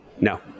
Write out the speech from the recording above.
No